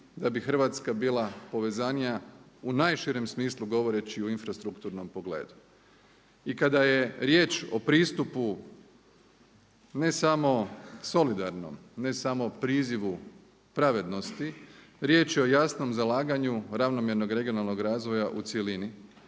da bi Hrvatska bila povezanija u najširem smislu govoreći u infrastrukturnom pogledu. I kada je riječ o pristupu ne samo solidarnom, ne samo prizivu pravednosti riječ je o jasnom zalaganju ravnomjernog regionalnog razvoja u cjelini